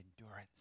endurance